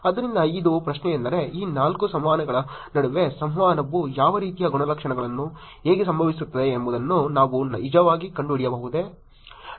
ಆದ್ದರಿಂದ ಇದು ಪ್ರಶ್ನೆಯೆಂದರೆ ಈ ನಾಲ್ಕು ಸಂವಹನಗಳ ನಡುವೆ ಸಂವಹನವು ಯಾವ ರೀತಿಯ ಗುಣಲಕ್ಷಣಗಳನ್ನು ಹೇಗೆ ಸಂಭವಿಸುತ್ತದೆ ಎಂಬುದನ್ನು ನಾವು ನಿಜವಾಗಿ ಕಂಡುಹಿಡಿಯಬಹುದೇ